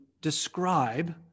describe